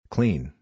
Clean